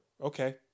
Okay